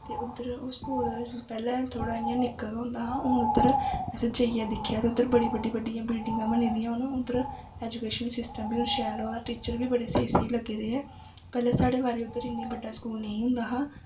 ते उद्धर पैह्लें ओह् स्कूल निक्का गै होंदा हा हून उद्धर असें उद्धर जाइयै दिक्खेआ ते उद्धर बड़ी बड्डी बड्डी बिल्डिंगा बनी दियां हून उद्धर ऐजुकेशन सिस्टम बी हून शैल होए दा टीचर बी बड़े स्हेई स्हेई लग्गे दे ऐ पैह्लैं साढ़ी बारी उद्धर इन्ना बड्डा स्कूल नेईं होंदा हा